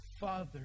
Father